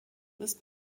ist